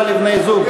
גמלה לבני-זוג),